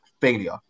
failure